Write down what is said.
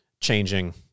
changing